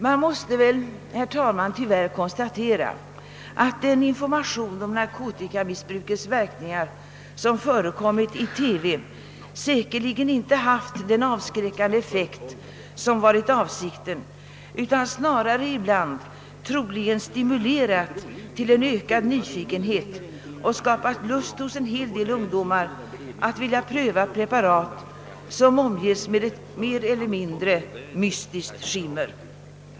Man måste väl, herr talman, tyvärr konstatera att den information >m narkotikamissbrukets verkningar som förekommit i TV säkerligen inte haft den avskräckande effekt som varit avsikten, utan snarare ibland stimulerat till en ökad nyfikenhet och skapat lust hos en del ungdomar att pröva preparat som omges med ett mer eller mindre mystiskt skimmer.